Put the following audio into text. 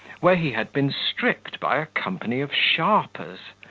where he had been stripped by a company of sharpers,